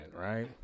right